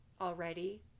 already